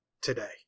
today